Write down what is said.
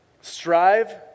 Strive